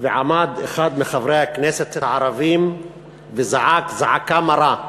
ועמד אחד מחברי הכנסת הערבים וזעק זעקה מרה: